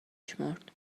شمرد